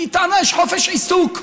כי טענה שיש חופש עיסוק.